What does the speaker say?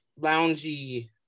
loungy